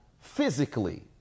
physically